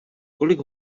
kolik